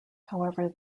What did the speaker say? however